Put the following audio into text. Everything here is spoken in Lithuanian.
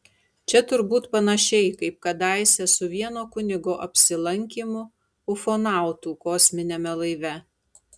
čia turbūt panašiai kaip kadaise su vieno kunigo apsilankymu ufonautų kosminiame laive